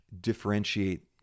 differentiate